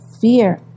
fear